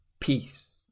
peace